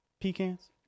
pecans